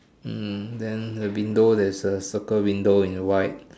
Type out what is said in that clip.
hmm then the window there's a circle window in white